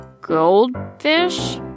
Goldfish